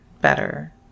better